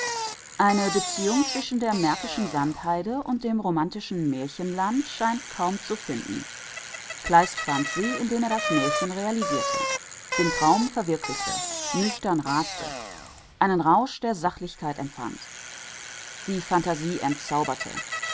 eine beziehung zwischen der märkischen sandheide und dem romantischen märchenland scheint sich kaum zu finden kleist fand sie indem er das märchen realisierte den traum verwirklichte nüchtern raste einen rausch der sachlichkeit empfand die phantasie entzauberte